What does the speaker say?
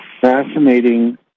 fascinating